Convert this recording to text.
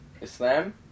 Islam